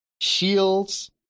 shields